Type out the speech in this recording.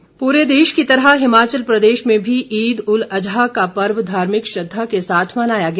ईद पूरे देश की तरह हिमाचल प्रदेश में भी ईद उल अजहा का पर्व धार्मिक श्रद्वा के साथ मनाया गया